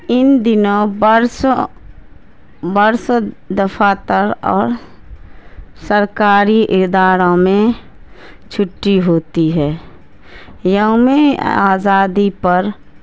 ان دنوں برسوں برسوں دفاتر اور سرکاری اداروں میں چھٹی ہوتی ہے یوم آزادی پر